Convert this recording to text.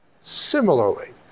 Similarly